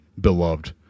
beloved